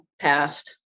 passed